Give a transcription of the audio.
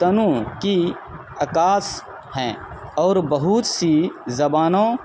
تنوع کی عکاس ہیں اور بہت سی زبانوں